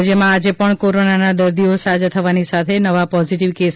રાજ્યમાં આજે પણ કોરોનાના દર્દીઓ સાજા થવાની સાથે નવા પોઝીટીવ કેસ